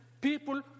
people